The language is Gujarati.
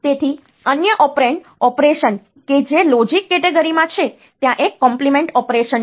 તેથી અન્ય ઑપરેન્ડ ઑપરેશન કે જે લૉજિક કૅટેગરીમાં છે ત્યાં એક કોમ્પ્લીમેન્ટ ઑપરેશન છે